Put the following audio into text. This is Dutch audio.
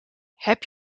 heb